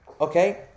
okay